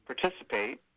participate